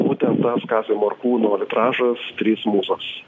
būtent kazio morkūno vitražas trys mūzos